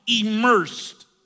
immersed